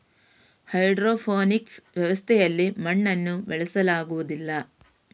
hydroponics ವ್ಯವಸ್ಥೆಯಲ್ಲಿ ಮಣ್ಣನ್ನು ಬಳಸಲಾಗುವುದಿಲ್ಲ